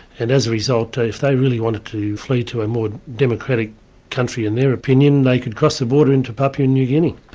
and as a result, if they really wanted to flee to a more democratic country in their opinion, they could cross the border into papua new guinea.